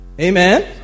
Amen